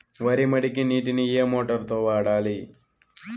వరి మడికి నీటిని ఏ మోటారు తో వాడాలి?